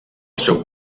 seu